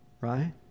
right